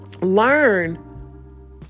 learn